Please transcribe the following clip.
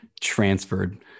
transferred